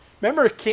Remember